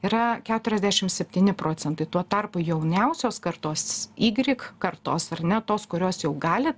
yra keturiasdešim septyni procentai tuo tarpu jauniausios kartos ygrik kartos ar ne tos kurios jau gali